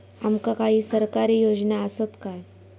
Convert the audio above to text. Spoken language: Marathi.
आमका काही सरकारी योजना आसत काय?